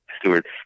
Stewart